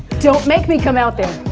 don't make me come out there.